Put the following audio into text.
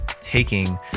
taking